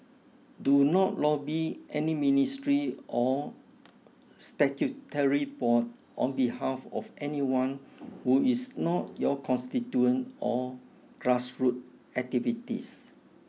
do not lobby any ministry or statutory board on behalf of anyone who is not your constituent or grassroot activities